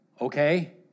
okay